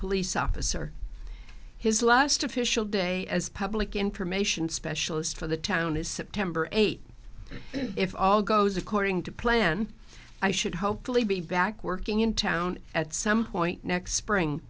police officer his last official day as public information specialist for the town is september eighth if all goes according to plan i should hopefully be back working in town at some point next spring